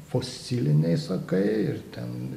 fosiliniai sakai ir ten